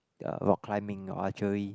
ya rock climbing or archery